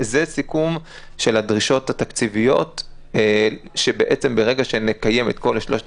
זה סיכום של הדרישות התקציביות שבעצם ברגע שנקיים את כל שלושת